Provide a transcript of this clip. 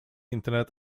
internet